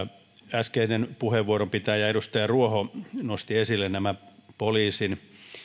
äskeinen puheenvuoron pitäjä edustaja ruoho nosti esille nämä poliisin